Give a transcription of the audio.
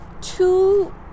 two